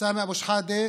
סמי אבו שחאדה